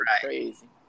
crazy